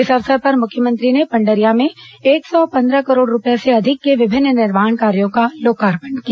इस अवसर पर मुख्यमंत्री ने पंडरिया में एक सौ पंद्रह करोड़ रूपये से अधिक के विभिन्न निर्माण कार्यों का लोकार्पण किया